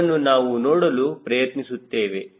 ಇದನ್ನು ನಾವು ನೋಡಲು ಪ್ರಯತ್ನಿಸುತ್ತೇವೆ